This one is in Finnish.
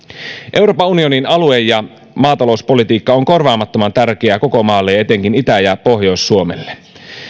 euroopan unionin alue ja maatalouspolitiikka on korvaamattoman tärkeä koko maalle ja etenkin itä ja pohjois suomelle